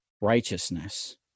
righteousness